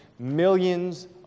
millions